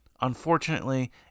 unfortunately